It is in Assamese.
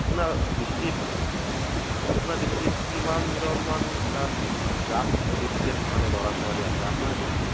আপোনাৰ দৃষ্টিত আপোনাৰ দৃষ্টিত কিমানজনমান তাত ড্ৰাগছ এডিক্টেড মানে ল'ৰা ছোৱালী আছে আপোনাৰ দৃষ্টিত